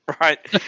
right